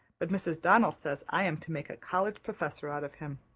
but mrs. donnell says i am to make a college professor out of him.